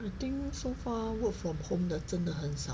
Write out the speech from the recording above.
I think so far work from home 的真的很少